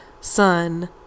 son